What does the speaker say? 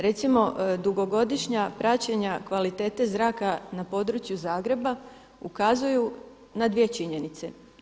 Recimo dugogodišnja praćenja kvalitete Zraka na području Zagreba ukazuju na dvije činjenice.